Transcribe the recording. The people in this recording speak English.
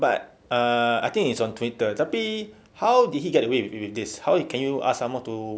but ah I think it's on twitter tapi how did he get away with this how can you ask someone to